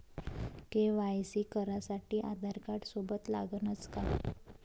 KYC करासाठी आधारकार्ड सोबत लागनच का?